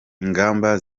ingamba